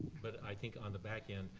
but i think on the back end,